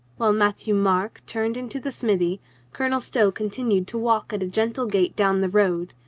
while matthieu-marc turned into the smithy colonel stow continued to walk at a gentle gait down the road.